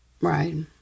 right